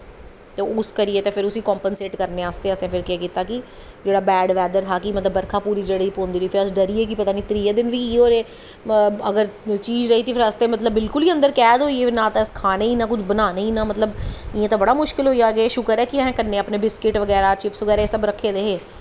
ते उस करियै ते उस्सी फिर कंपनसेट करने आस्तै उस्सी असें केह् कीता कि जेह्ड़ा बैड़ बैद्दर हा बरखा जेह्ड़ी पूरी पौंदी रेही फिर अस डरी गे कि पता निं त्रीये दिन बी इ'यै अगर चीज आस्तै बिल्कुल गै अन्दर कैद होई गे नां कुछ खाने गी नां बनाने गी मतलब इ'यां ते बड़ा मुश्किल होइया शुकर ऐ कन्नै असें बिस्किट बगैरा चिपस बगैरा रक्खे दे हे